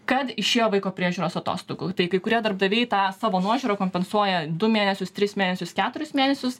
kad išėjo vaiko priežiūros atostogų tai kai kurie darbdaviai tą savo nuožiūra kompensuoja du mėnesius tris mėnesius keturis mėnesius